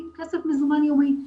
זכאים,